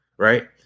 Right